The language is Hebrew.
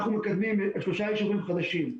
אנחנו מקדמים שלושה יישובים חדשים: